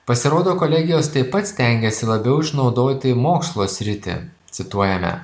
pasirodo kolegijos taip pat stengiasi labiau išnaudoti mokslo sritį cituojame